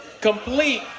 complete